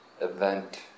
event